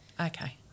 okay